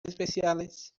especiales